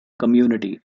community